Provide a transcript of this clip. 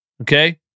Okay